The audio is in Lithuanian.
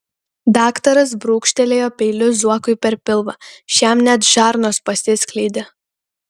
daktaras brūkštelėjo peiliu zuokui per pilvą šiam net žarnos pasiskleidė